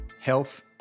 health